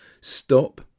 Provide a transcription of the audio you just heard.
stop